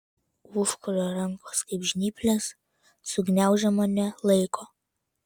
užkurio rankos kaip žnyplės sugniaužė mane laiko